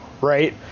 right